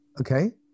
Okay